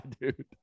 dude